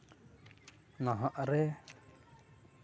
ᱱᱟᱦᱟᱜ ᱨᱮ